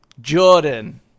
Jordan